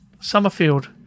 Summerfield